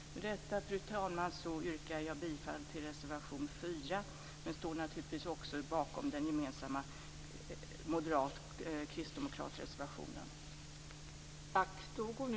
Med detta, fru talman, yrkar jag bifall till reservation 4, men jag står naturligtvis också bakom den gemensamma reservationen från moderaterna och kristdemokraterna.